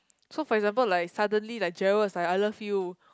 so for example like suddenly like Gerald is like I love you